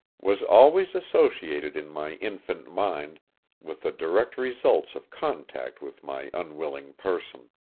was always associated in my infant mind with the direct results of contact with my unwilling person.